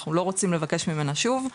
אנחנו לא רוצים לבקשה ממנה שוב.